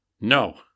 No